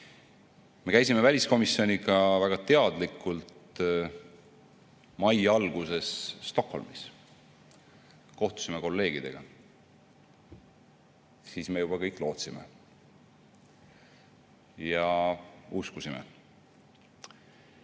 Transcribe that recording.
Me käisime väliskomisjoniga väga teadlikult mai alguses Stockholmis. Kohtusime kolleegidega. Siis me juba kõik lootsime ja uskusime.